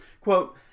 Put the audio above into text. Quote